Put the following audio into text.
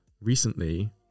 recently